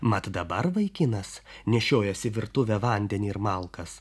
mat dabar vaikinas nešiojęs į virtuvę vandenį ir malkas